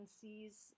sees